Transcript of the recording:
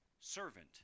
servant